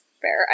Fair